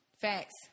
Facts